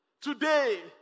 today